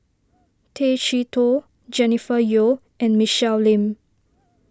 Tay Chee Toh Jennifer Yeo and Michelle Lim